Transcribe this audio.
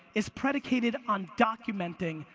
is predicated on documenting,